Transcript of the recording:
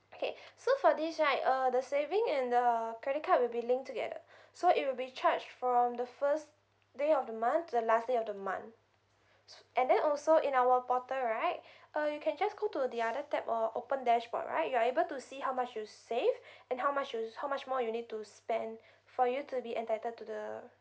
okay so for this right uh the saving and the credit card will be linked together so it will be charged from the first day of the month to the last day of the month and then also in our portal right uh you can just go to the other tab or open dashboard right you are able to see how much you save and how much you how much more you need to spend for you to be entitled to the